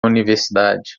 universidade